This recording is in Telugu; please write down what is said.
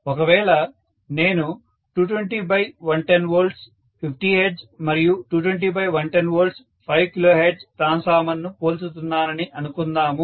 ఒకవేళ నేను 220110V 50 Hz మరియు 220110V 5 kHz ట్రాన్స్ఫార్మర్ను పోల్చుతున్నానని అనుకుందాము